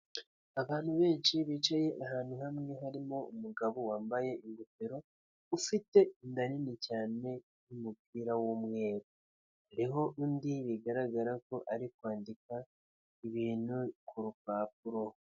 Abantu benshi bicaye ahantu hamwe harimo umugabo wambaye ingofero, ufite inda nini cyane n'umupira w'umweru, hariho undi bigaragara ko ari kwandika ibintu ku rupapuro.